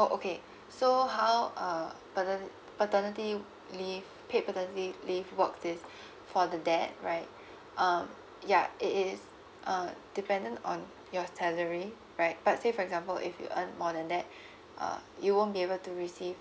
oh okay so how uh paterni~ paternity leave paid paternity leave works is for the dad right um yeah it is uh dependent on your salary right but say for example if you earn more than that uh you won't be able to receive